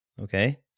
Okay